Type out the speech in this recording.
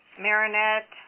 Marinette